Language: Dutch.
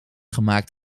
gemaakt